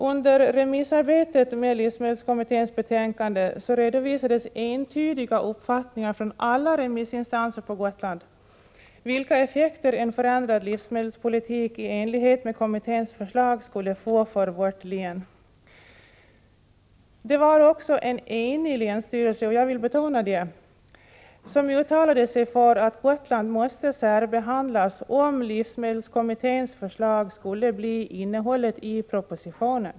Under remissarbetet med livsmedelskommitténs betänkande redovisades entydiga uppfattningar från alla remissinstanser på Gotland om vilka effekter en förändrad livsmedelspolitik i enlighet med kommitténs förslag skulle få för vårt län. Det var också en enig länsstyrelse — jag vill betona det — som uttalade sig för att Gotland måste särbehandlas om livsmedelskommitténs förslag skulle bli innehållet i propositionen.